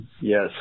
Yes